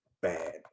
Bad